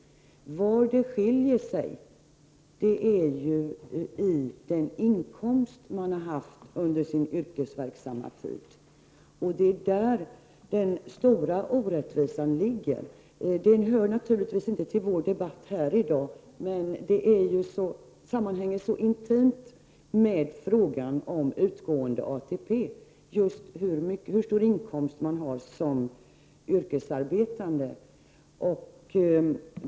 Det som skiljer är den inkomst man har haft under sin yrkesverksamma tid. Det är där den stora orättvisan ligger. Det hör naturligtvis inte till vår debatt i dag, men hur stor inkomst man har som yrkesarbetande sammanhänger intimt med utgående ATP.